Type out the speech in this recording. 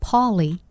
Polly